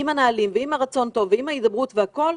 עם הנהלים ועם הרצון הטוב ועם ההידברות והכול,